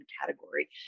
category